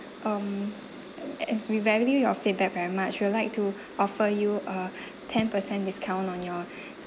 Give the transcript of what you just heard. um as we value your feedback very much we'll like to offer you a ten percent discount on your